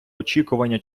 очікування